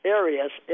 areas